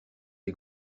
est